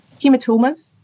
hematomas